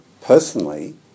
personally